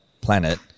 planet